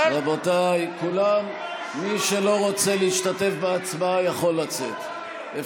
רבותיי, מי שלא רוצה להשתתף בהצבעה יכול לצאת.